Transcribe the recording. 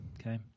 Okay